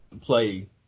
play